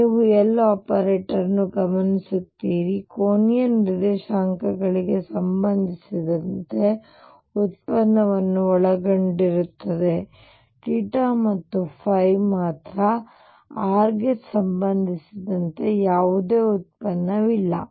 ಆದ್ದರಿಂದ ನೀವು Loperator ಅನ್ನು ಗಮನಿಸುತ್ತೀರಿ ಕೋನೀಯ ನಿರ್ದೇಶಾಂಕಗಳಿಗೆ ಸಂಬಂಧಿಸಿದಂತೆ ಉತ್ಪನ್ನವನ್ನು ಒಳಗೊಂಡಿರುತ್ತದೆ θ ಮತ್ತು ϕ ಮಾತ್ರ r ಗೆ ಸಂಬಂಧಿಸಿದಂತೆ ಯಾವುದೇ ಉತ್ಪನ್ನವಿಲ್ಲ